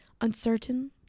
Uncertain